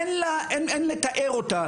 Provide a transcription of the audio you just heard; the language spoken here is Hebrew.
אין לתאר אותה,